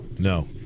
No